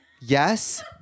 yes